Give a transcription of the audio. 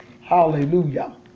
Hallelujah